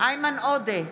איימן עודה,